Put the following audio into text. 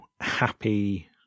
happy